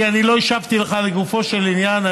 כי לא השבתי לך לגופו של עניין,